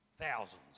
thousands